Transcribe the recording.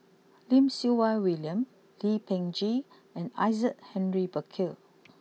Lim Siew Wai William Lee Peh Gee and Isaac Henry Burkill